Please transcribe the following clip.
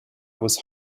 was